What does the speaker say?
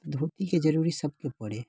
धोतिके जरुरी सभकेँ पड़ै है